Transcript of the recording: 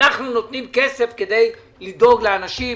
אנחנו נותנים כסף כדי לדאוג לאנשים,